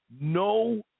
no